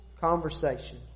conversation